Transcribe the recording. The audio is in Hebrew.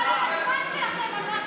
אורנה הייתה בצבא,